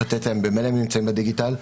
ממילא הם נמצאים בדיגיטלי,